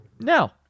No